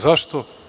Zašto?